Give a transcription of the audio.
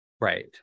Right